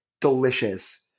delicious